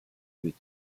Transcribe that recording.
but